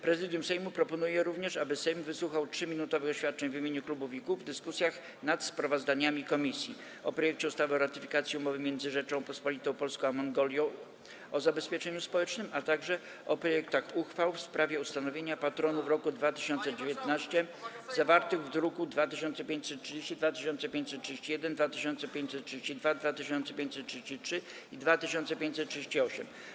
Prezydium Sejmu proponuje również, aby Sejm wysłuchał 3-minutowych oświadczeń w imieniu klubów i kół w dyskusjach nad sprawozdaniami komisji: - o projekcie ustawy o ratyfikacji Umowy między Rzecząpospolitą Polską a Mongolią o zabezpieczeniu społecznym, - o projektach uchwał w sprawie ustanowienia patronów roku 2019, zawartych w drukach nr 2530, 2531, 2532, 2533 i 2538.